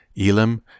Elam